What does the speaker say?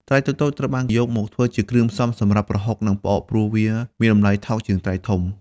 ត្រីតូចៗ ត្រូវបានយកមកធ្វើជាគ្រឿងផ្សំសម្រាប់ប្រហុក និងផ្អក ព្រោះវាមានតម្លៃថោកជាងត្រីធំ។